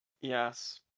Yes